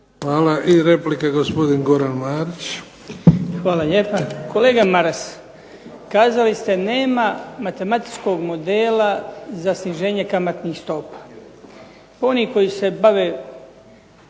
Hvala. I replika, gospodin Goran Marić. **Marić, Goran (HDZ)** Hvala lijepa. Kolega Maras kazali ste nema matematičkog modela za sniženje kamatnih stopa. Pa oni koji se bave